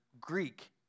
Greek